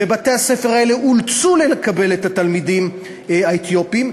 ובתי-הספר האלה אולצו לקבל את התלמידים האתיופים.